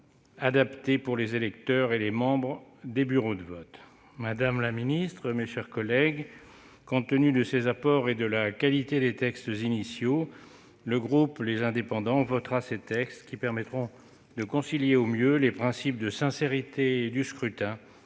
adaptés pour les électeurs et les membres des bureaux de vote. Madame la ministre, mes chers collègues, compte tenu de ces apports et de la qualité des textes initiaux, le groupe Les Indépendants votera ces textes qui permettront de concilier au mieux les principes de sincérité du scrutin